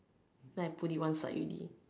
then I put it one side already